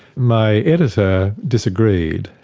my editor disagreed,